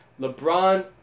LeBron